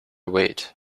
wait